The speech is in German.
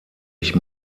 ich